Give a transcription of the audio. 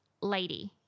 lady